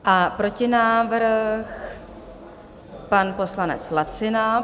A protinávrh pan poslanec Lacina.